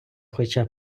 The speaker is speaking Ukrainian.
хоча